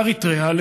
לאריתריאה,